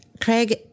Craig